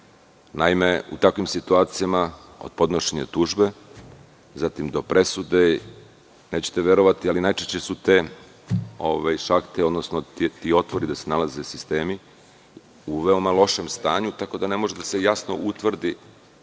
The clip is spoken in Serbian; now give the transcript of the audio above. Naime, u takvim situacijama od podnošenja tužbe do presude, nećete verovati, ali najčešće su te šahte, odnosno ti otvori gde se nalaze sistema u veoma lošem stanju, tako da ne može jasno da se utvrdi